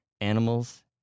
animals